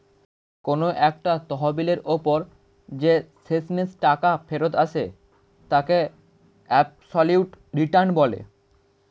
কোন একটা তহবিলের ওপর যে শেষমেষ টাকা ফেরত আসে তাকে অ্যাবসলিউট রিটার্ন বলে